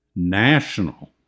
national